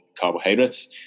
carbohydrates